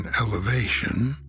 elevation